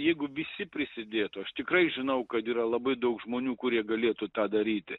jeigu visi prisidėtų aš tikrai žinau kad yra labai daug žmonių kurie galėtų tą daryti